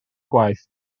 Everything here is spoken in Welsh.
gwaith